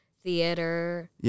theater